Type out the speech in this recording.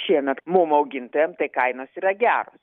šiemet mum augintojam tai kainos yra geros